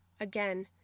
again